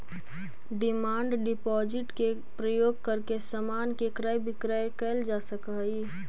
demand deposit के प्रयोग करके समान के क्रय विक्रय कैल जा सकऽ हई